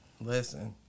Listen